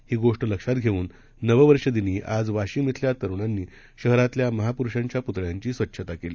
हीगोष्टलक्षातघेऊननववर्षदिनीआजवाशिमइथल्यातरुणांनीशहरातल्यामहापुरुषांच्यापुतळ्यांचीस्वच्छताकेली